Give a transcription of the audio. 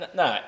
no